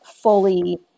fully